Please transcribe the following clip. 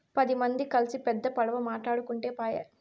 పది మంది కల్సి పెద్ద పడవ మాటాడుకుంటే పాయె